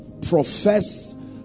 profess